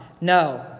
no